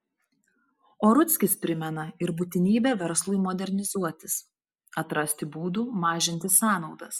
o rudzkis primena ir būtinybę verslui modernizuotis atrasti būdų mažinti sąnaudas